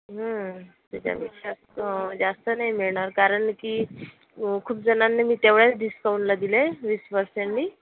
त्याच्यापेक्षा जास्त नाही मिळणार कारण की खूपजणांना मी तेवढ्याच डिस्काउंटला दिले वीस परसेंटनी